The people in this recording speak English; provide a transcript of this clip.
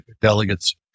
delegates